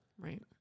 Right